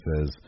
says